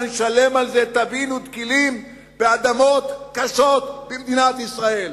ונשלם על זה טבין ותקילין באדמות קשות במדינת ישראל.